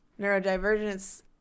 neurodivergence